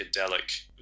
psychedelic